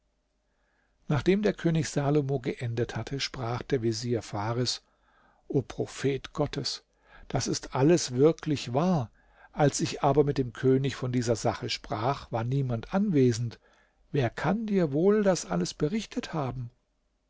nachdem der könig salomo geendet hatte sprach der vezier fares o prophet gottes das ist alles wirklich wahr als ich aber mit dem könig von dieser sache sprach war niemand anwesend wer kann dir wohl das alles berichtet haben